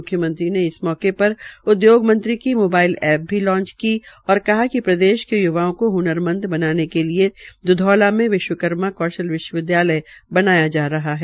मुख्यमंत्री ने इस मौके पर उद्योग मंत्री की मोबाइल ऐप भी लांच की और कहा िक प्रदेश के य्वाओं को हनरमंद बनाने के लिये द्धौला मे विश्वकर्मा विश्वविद्यालय बनाया जा रहा है